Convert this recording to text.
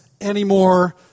anymore